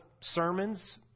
sermons